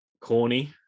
corny